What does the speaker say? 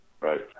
Right